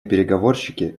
переговорщики